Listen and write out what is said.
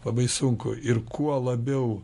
labai sunku ir kuo labiau